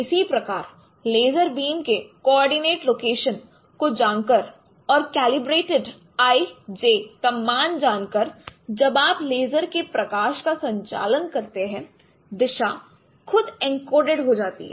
इसी प्रकार laser beam के कोओर्डिनेट लोकेशन को जानकर और कैलिब्रेटेड i j का मान जानकर जब आप लेज़र के प्रकाश का संचालन करते है दिशा खुद एन्कोडेड हो जाती है